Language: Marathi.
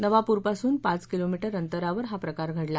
नवापूरपासून पाच किलोमीटर अंतरावर हा प्रकार घडला